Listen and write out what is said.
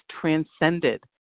transcended